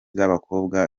z’abakobwa